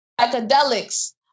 psychedelics